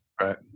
Right